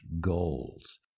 goals